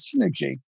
synergy